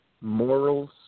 morals